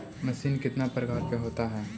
Machine कितने प्रकार का होता है?